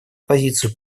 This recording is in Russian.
позицию